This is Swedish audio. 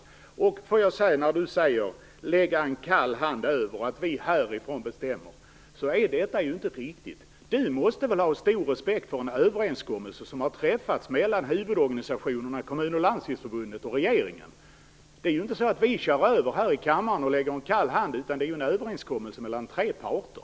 Roy Ottosson säger att vi visar upp en kall hand och att vi härifrån bestämmer, men det är ju inte riktigt. Roy Ottosson måste väl ha stor respekt för en överenskommelse som har träffats mellan huvudorganisationerna, Kommunförbundet och Landstingsförbundet, och regeringen. Det är ju inte så att vi här i kammaren kör över och visar upp en kall hand, utan det är fråga om en överenskommelse mellan tre parter.